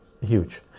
Huge